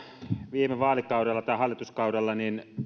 viime hallituskaudella